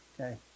okay